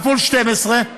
כפול 12,